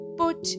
put